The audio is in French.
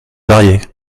varier